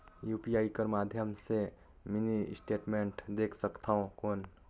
UPI कर माध्यम से मिनी स्टेटमेंट देख सकथव कौन?